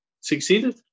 succeeded